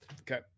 Okay